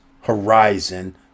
Horizon